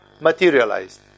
materialized